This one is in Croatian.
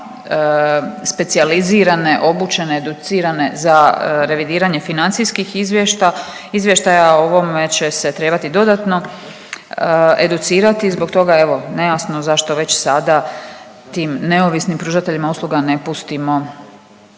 specijalizirane, obučene, educirane za revidiranje financijskih izvještaja. O ovome će se trebati dodatno educirati i zbog toga je evo nejasno zašto već sada tim neovisnim pružateljima usluga ne pustimo